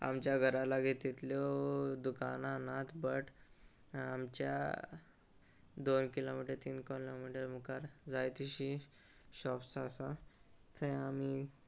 आमच्या घरा लागीं तितल्यो दुकानां नात बट आमच्या दोन किलोमिटर तीन किलोमिटर मुखार जायतशीं शॉप्स आसा थंय आमी